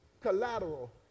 collateral